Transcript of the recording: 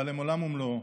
אבל הן עולם ומלואו.